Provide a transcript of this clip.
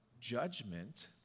judgment